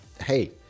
hey